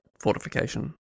fortification